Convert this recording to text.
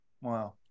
Wow